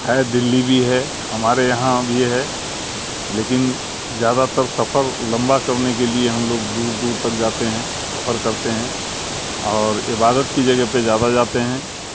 ہے دلی بھی ہے ہمارے یہاں بھی ہے لیکن زیادہ تر سفر لمبا کرنے کے لیے ہم لوگ دور دور تک جاتے ہیں سفر کرتے ہیں اور عبادت کی جگہ پہ زیادہ جاتے ہیں